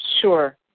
Sure